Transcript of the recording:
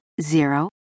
zero